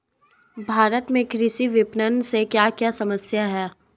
भारत में कृषि विपणन से क्या क्या समस्या हैं?